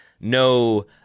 no